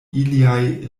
iliaj